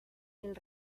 del